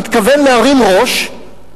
מתכוון להרים ראש,